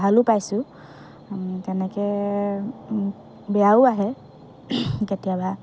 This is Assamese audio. ভালো পাইছোঁ তেনেকে বেয়াও আহে কেতিয়াবা